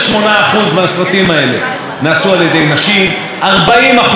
40% מהסרטים האלה עסקו בנושאים שנוגעים או בעדות